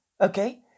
okay